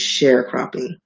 sharecropping